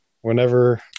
whenever